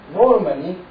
normally